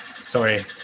sorry